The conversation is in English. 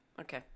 Okay